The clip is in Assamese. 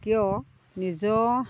কিয় নিজৰ